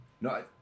no